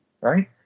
right